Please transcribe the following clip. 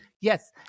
Yes